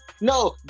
No